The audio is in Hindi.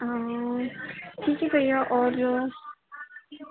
हाँ ठीक है भैया और